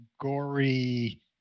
gory